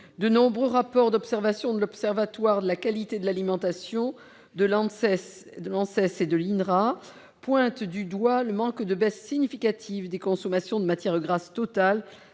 De nombreux rapports d'observations de l'Observatoire de la qualité de l'alimentation, de l'ANSES et de l'INRA pointent du doigt le manque de baisse significative des consommations de matières grasses totales,